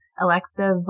Alexa